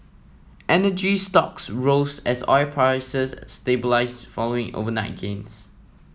energy stocks rose as oil prices stabilised following overnight gains